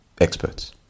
experts